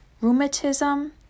rheumatism